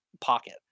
pocket